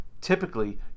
Typically